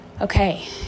Okay